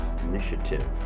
Initiative